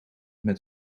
met